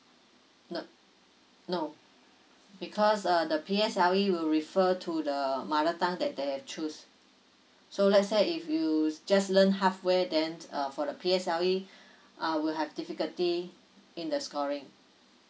n~ no because uh the P_S_L_E will refer to the mother tongue that they have choose so let's say if you just learn halfway then uh for the P_S_L_E uh will have difficulty in the scoring